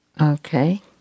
Okay